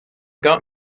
got